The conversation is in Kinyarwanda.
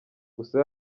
gusa